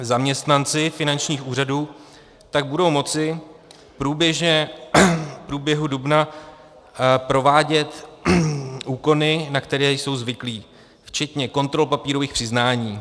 Zaměstnanci finančních úřadů tak budou moci v průběhu dubna provádět úkony, na které jsou zvyklí, včetně kontrol papírových přiznání.